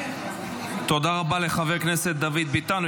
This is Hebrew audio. תודה רבה לחבר הכנסת דוד ביטן,